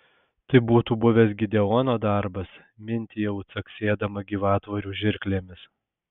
tai būtų buvęs gideono darbas mintijau caksėdama gyvatvorių žirklėmis